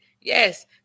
Yes